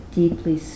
deeply